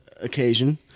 occasion